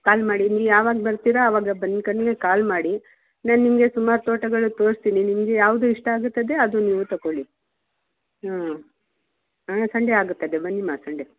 ಕಾಲ್ ಮಾಡಿ ಇಲ್ಲಿ ಯಾವಾಗ ಬರ್ತೀರ ಅವಾಗ ಬಂದ್ಕನ್ನಿ ಕಾಲ್ ಮಾಡಿ ನಾನು ನಿಮಗೆ ಸುಮಾರು ತೋಟಗಳು ತೋರಿಸ್ತೀನಿ ನಿ ನಿಮಗೆ ಯಾವ್ದು ಇಷ್ಟ ಆಗುತ್ತದೆ ಅದು ನೀವು ತಗೊಳ್ಳಿ ಹ್ಞೂ ಹಾಂ ಸಂಡೆ ಆಗುತ್ತದೆ ಬನ್ನಿ ಮಾ ಸಂಡೆ